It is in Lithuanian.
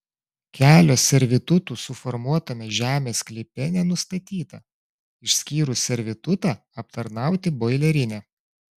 kelio servitutų suformuotame žemės sklype nenustatyta išskyrus servitutą aptarnauti boilerinę